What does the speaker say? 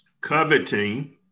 coveting